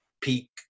peak